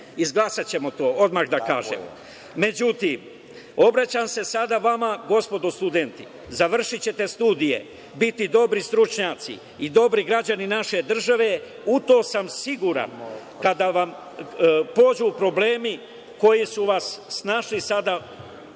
Izglasaćemo to, odmah da kažem.Međutim, obraćam se sada vama, gospodo studenti. Završićete studije, biti dobri stručnjaci i dobri građani naše države, u to sam siguran, kada vas prođu problemi koji su vas momentalno snašli.